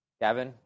Gavin